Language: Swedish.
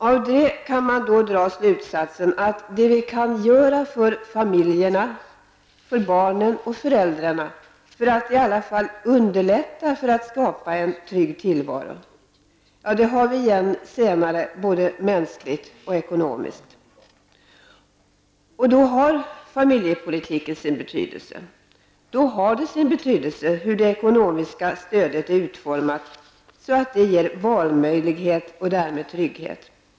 Av det kan man dra slutsatsen att det vi kan göra för familjerna, för barnen och föräldrarna för att i alla fall underlätta för dem att skapa en trygg tillvaro, har vi igen senare både mänskligt och ekonomiskt. Då har familjepolitiken sin betydelse. Då har det sin betydelse om det ekonomiska stödet är utformat så att det ger valmöjlighet och därmed trygghet.